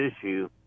issue